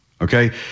okay